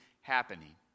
happening